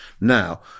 now